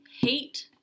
hate